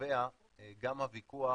נובע גם הוויכוח